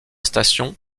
station